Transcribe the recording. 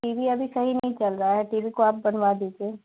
T V अभी सही नहीं चल रहा है टी वी को आप बनवा दीजिए